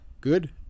Good